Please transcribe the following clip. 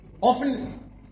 Often